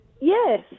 Yes